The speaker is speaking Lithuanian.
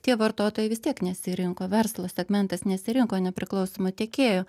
tie vartotojai vis tiek nesirinko verslo segmentas nesirinko nepriklausomo tiekėjo